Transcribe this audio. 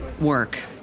work